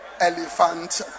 elephant